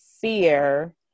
fear